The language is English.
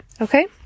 Okay